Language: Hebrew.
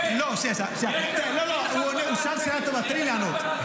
כן --- הוא שאל שאלה טובה, תן לי לענות.